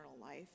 life